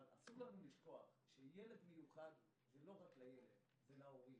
אבל אסור לנו לשכוח שילד מיוחד זה לא רק הילד אלא ההורים,